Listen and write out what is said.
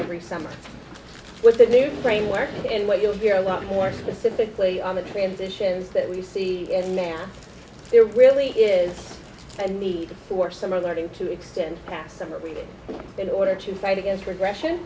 every summer with the new framework and what you'll hear a lot more specifically on the transitions that we see as now there really is a need for summer learning to extend past summer reading in order to fight against progression